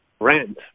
rent